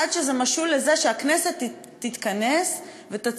עד שזה משול לזה שהכנסת תתכנס ותצביע